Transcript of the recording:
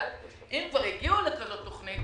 אבל אם כבר הגיעו לכזאת תוכנית